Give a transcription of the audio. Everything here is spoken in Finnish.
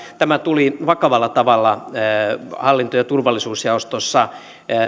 tämä tuli vakavalla tavalla hallinto ja turvallisuusjaostossa